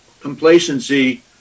complacency